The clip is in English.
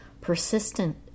persistent